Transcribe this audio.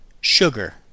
sugar